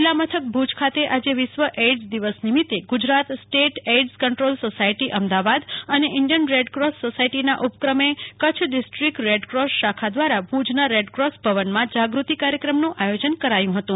જીલ્લા મથક ભુજ ખાતે આજે વિશ્વ એઇડ્સ દિવસ નિમિત્તે ગુજરાતે state AIDS control society Ahmedabad અને ઇન્ડિયન રેડક્રોસ સોસાયટીના ઉપક્રમે કચ્છ ડીસ્ટ્રીક રેડ ક્રોસ શાખા દ્વારા ભુજ ના રેડ ક્રોસ ભવનમાં જાગૃતિ કાર્યક્રમનું આયોજન કરાયું ફતું